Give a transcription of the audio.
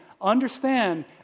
understand